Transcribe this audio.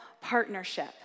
partnership